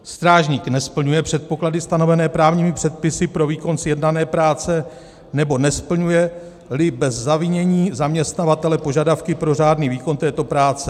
strážník nesplňuje předpoklady stanovené právními předpisy pro výkon sjednané práce nebo nesplňujeli bez zavinění zaměstnavatele požadavky pro řádný výkon této práce.